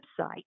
website